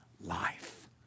life